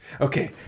okay